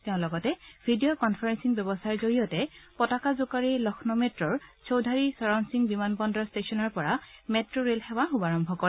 তেওঁ লগতে video conferencing ব্যৱস্থাৰ জৰিয়তে পতাকা জোকাৰি লক্ষ্ণৌ মেট্ৰ চৌধাৰী চৰণ সিং বিমান বন্দৰ ষ্টেচনৰ পৰা মেট ৰেল সেৱাৰ শুভাৰম্ভ কৰে